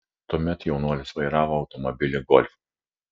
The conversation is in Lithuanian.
tuomet jaunuolis vairavo automobilį golf